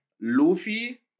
Luffy